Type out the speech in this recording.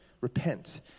repent